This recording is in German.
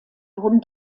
wurden